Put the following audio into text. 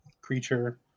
creature